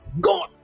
god